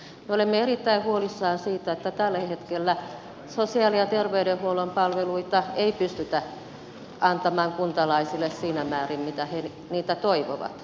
me olemme erittäin huolissamme siitä että tällä hetkellä sosiaali ja terveydenhuollon palveluita ei pystytä antamaan kuntalaisille siinä määrin mitä he niitä toivovat